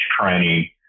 training